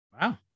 Wow